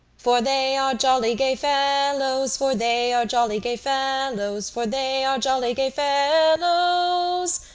for they are jolly gay fellows, for they are jolly gay fellows, for they are jolly gay fellows,